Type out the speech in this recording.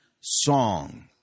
song